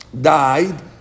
died